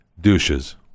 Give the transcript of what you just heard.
douches